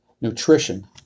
nutrition